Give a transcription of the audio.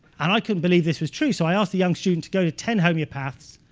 and i couldn't believe this was true so i asked a young student to go to ten homeopaths.